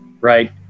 right